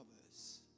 others